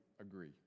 agree